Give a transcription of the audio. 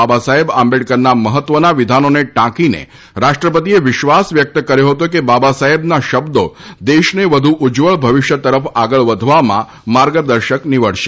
બાબ સાહેબ આંબેડકરના મહત્વના વિધાનોને ટાંકીને રાષ્ટ્રપતિએ વિશ્વાસ વ્યકત કર્યો હતો કે બાબ સાહેબના શબ્દો દેશને વધુ ઉજ્જવળ ભવિષ્ય તરફ આગળ વધવામાં માર્ગ દર્શક નિવડશે